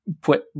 put